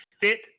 fit